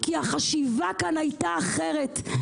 כי החשיבה כאן הייתה אחרת.